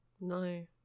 No